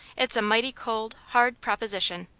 it's a mighty cold, hard proposition.